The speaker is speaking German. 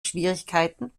schwierigkeiten